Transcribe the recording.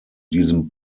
diesem